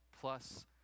plus